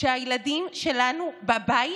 שהילדים שלנו בבית.